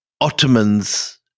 Ottomans